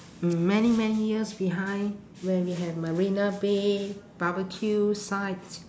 many many years behind where we have marina bay barbecue sites